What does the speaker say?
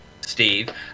Steve